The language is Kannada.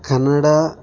ಕನ್ನಡ